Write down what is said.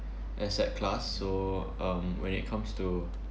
asset class so um when it comes to